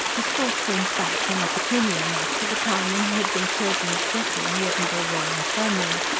his thoughts went back, inopportunely enough, to the time when he had been surgeon's dresser in the edinburgh royal infirmary.